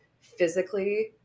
physically